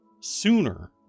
sooner